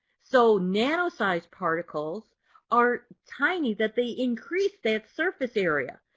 so nanosized particles are tiny that they increase that surface area.